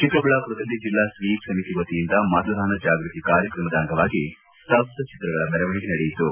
ಚಿಕ್ಕಬಳ್ಳಾಮರದಲ್ಲಿ ಜಿಲ್ಲಾ ಸ್ವೀಪ್ ಸಮಿತಿ ವತಿಯಿಂದ ಮತದಾನ ಜಾಗ್ಬತಿ ಕಾರ್ಯಕ್ರಮದ ಅಂಗವಾಗಿ ಸ್ತಬ್ನ ಚಿತ್ರಗಳ ಮೆರವಣಿಗೆ ನಡೆಯಿತು